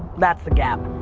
that's the gap.